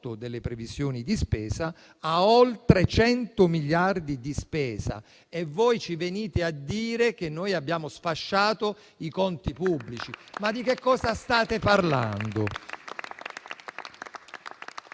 delle previsioni di spesa) a oltre 100 miliardi di spesa. E voi ci venite a dire che noi abbiamo sfasciato i conti pubblici. Ma di che cosa state parlando?